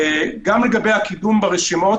גם לגבי הקידום ברשימות